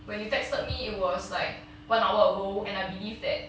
when you texted me it was like one hour ago and I believe that